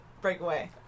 Breakaway